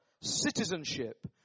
citizenship